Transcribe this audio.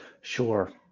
Sure